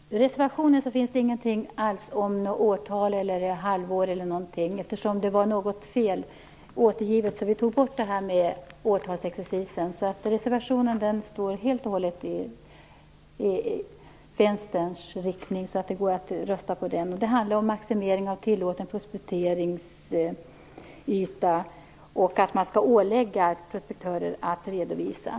Herr talman! I reservationen finns ingenting angivet om årtal eller tidsperiod. Eftersom det blev felaktigt återgivet tog vi bort årtalsexercisen. Reservationen går alltså helt och hållet i Vänsterns riktning, så det går att rösta på den. Det handlar om maximering av tillåten prospekteringsyta och att man skall ålägga prospektörer att lämna redovisning.